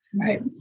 Right